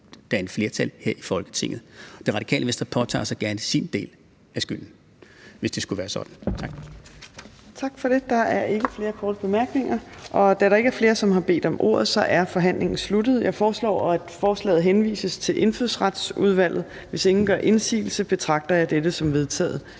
at danne flertal her i Folketinget. Det Radikale Venstre påtager sig gerne sin del af skylden, hvis det skulle være. Tak. Kl. 13:27 Fjerde næstformand (Trine Torp): Tak for det. Der er ikke flere korte bemærkninger. Da der ikke er flere, som har bedt om ordet, er forhandlingen sluttet. Jeg foreslår, at forslaget til folketingsbeslutning henvises til Indfødsretsudvalget. Hvis ingen gør indsigelse, betragter jeg dette som vedtaget.